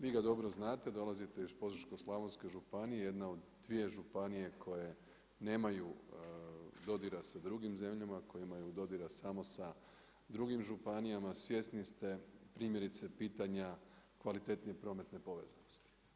Vi ga dobro znate, dolazite iz Požeško-slavonske županije, jedna od dvije županije koje nemaju dodira sa drugim zemljama, koje imaju dodira samo sa drugim županijama, svjesni ste primjerice pitanja kvalitetnije prometne povezanosti.